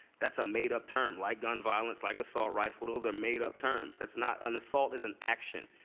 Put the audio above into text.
that's a made-up term, like gun violence, like assault rifle those are made-up terms. that's not an assault is an action.